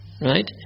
right